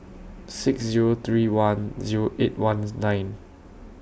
six Zero three one Zero eight one nine